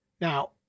Now